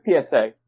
PSA